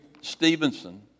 Stevenson